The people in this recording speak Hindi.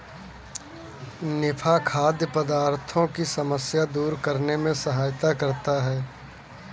निफा खाद्य पदार्थों की समस्या दूर करने में सहायता करता है